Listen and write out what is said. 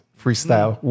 freestyle